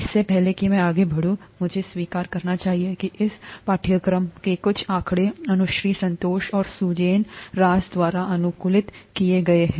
इससे पहले कि मैं आगे बढ़ूं मुझे स्वीकार करना चाहिए कि इस पाठ्यक्रम के कुछ आंकड़े अनुश्री संतोष और सुजेन राज द्वारा अनुकूलित किए गए हैं